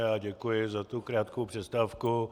Já děkuji za tu krátkou přestávku.